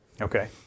Okay